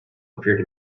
appeared